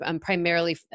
Primarily